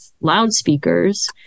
loudspeakers